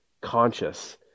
conscious